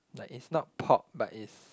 like it's not pop but is